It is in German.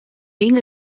ging